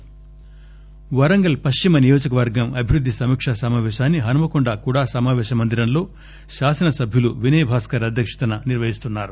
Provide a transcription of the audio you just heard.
వరంగల్ః వరంగల్ పశ్చిమ నియోజక వర్గం అభివృద్ది సమీకా సమావేశాన్సి హనుమకొండ కుడా సమావేశ మందిరంలో శాసన సభ్యులు వినయభాస్కర్ అధ్యక్షతన నిర్వహిస్తున్నారు